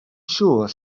siŵr